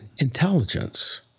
intelligence